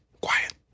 quiet